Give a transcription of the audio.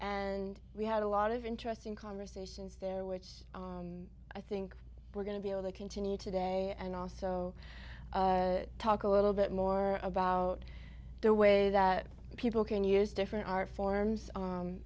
and we had a lot of interesting conversations there which i think we're going to be able to continue today and also talk a little bit more about the way that people can use different art forms